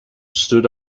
stood